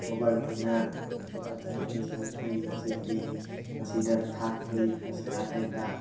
ꯒꯣꯕꯔꯃꯦꯟꯅ ꯑꯗꯩ ꯄꯟꯆꯥꯌꯦꯠꯅꯁꯤꯡꯁꯨ ꯌꯦꯡꯁꯤꯟꯕꯤ ꯃꯁꯤꯗ ꯊꯥꯊꯩ ꯄꯩꯁꯥ ꯀꯩꯀꯥ